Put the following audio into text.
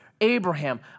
Abraham